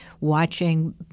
watching